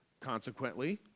Consequently